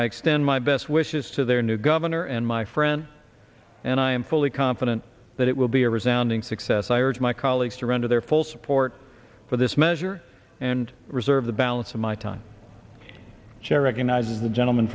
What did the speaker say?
extend my best wishes to their new governor and my friend and i am fully confident that it will be a resenting success i urge my colleagues to render their full support for this measure and reserve the balance of my time chair recognizes the gentleman